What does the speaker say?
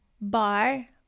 bar